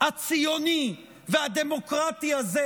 הציוני והדמוקרטי הזה,